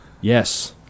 Yes